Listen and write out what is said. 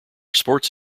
sports